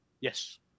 Yes